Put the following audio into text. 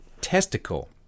testicle